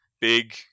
big